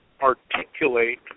articulate